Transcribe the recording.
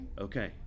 Okay